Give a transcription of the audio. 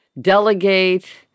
delegate